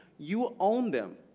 you own them.